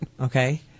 okay